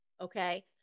okay